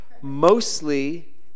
mostly